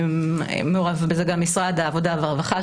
מעורב בזה גם משרד העבודה והרווחה,